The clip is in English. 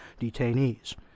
detainees